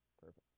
perfect